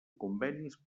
convenis